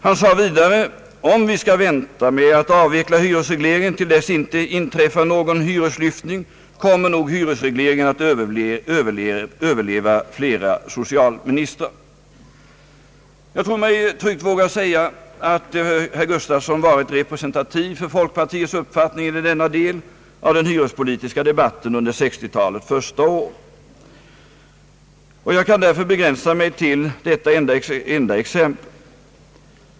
Han sade vidare: >»Om vi skall vänta med att avveckla hyresregleringen till dess det inte inträffar någon hyreslyftning, kommer nog hyresregleringen att överleva flera socialministrar.» Jag tror mig tryggt kunna säga att herr Gustafsson har varit representativ för folkpartiets uppfattning i denna del av den hyrespolitiska debatten under 1960-talets första år, och jag kan därför begränsa mig till detta enda exempel.